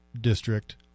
district